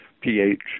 pH